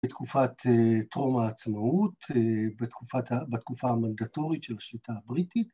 בתקופת טרום העצמאות, בתקופה המנדטורית של השליטה הבריטית.